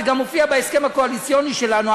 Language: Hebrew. זה גם מופיע בהסכם הקואליציוני שלנו,